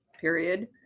period